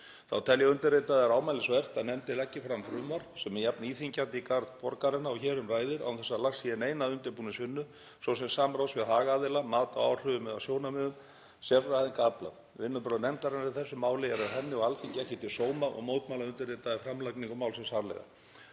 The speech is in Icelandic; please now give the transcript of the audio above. Þá telja undirritaðir ámælisvert að nefndin leggi fram frumvarp sem er jafn íþyngjandi í garð borgaranna og hér um ræðir án þess að lagt sé í neina undirbúningsvinnu, svo sem samráð við hagaðila, mat á áhrifum eða sjónarmiða sérfræðinga aflað. Vinnubrögð nefndarinnar í þessu máli eru henni og Alþingi ekki til sóma og mótmæla undirritaðir framlagningu málsins harðlega.“